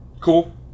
Cool